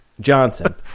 Johnson